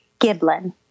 Giblin